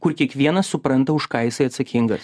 kur kiekvienas supranta už ką jisai atsakingas